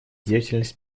деятельность